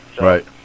Right